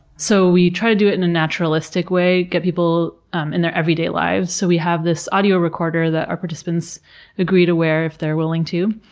so, we try to do it in a naturalistic way, get people um in their everyday lives, so we have this audio recorder that our participants agree to wear if they're willing to.